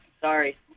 sorry